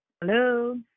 Hello